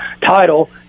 title